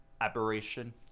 aberration